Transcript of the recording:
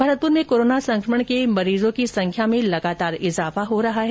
भरतपुर में कोरोना संकमण के मरीजों की संख्या में लगातार इजाफा हो रहा है